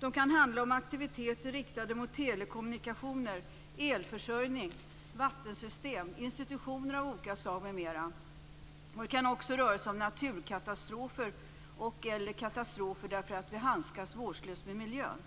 Det kan handla om aktiviteter riktade mot telekommunikationer, elförsörjning, vattensystem, institutioner av olika slag m.m. Det kan också röra sig om naturkatastrofer och/eller katastrofer på grund av att vi handskats vårdslöst med miljön.